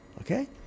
okay